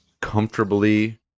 comfortably